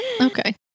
Okay